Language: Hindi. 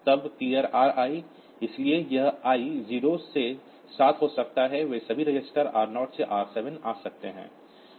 तब क्लियर Ri इसलिए यह i 0 से 7 हो सकता है वे सभी रजिस्टर R0 से R7 आ सकते हैं